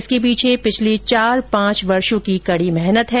इसके पीछे पिछले चार पांच वर्षो की कड़ी मेहनत है